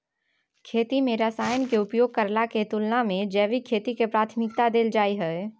खेती में रसायन के उपयोग करला के तुलना में जैविक खेती के प्राथमिकता दैल जाय हय